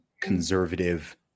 conservative